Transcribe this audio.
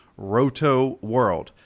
rotoworld